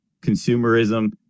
consumerism